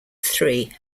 three